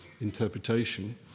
interpretation